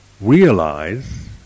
realize